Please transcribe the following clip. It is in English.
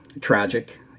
tragic